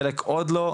חלק עוד לא,